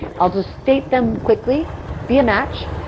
i'll just state them quickly be a match,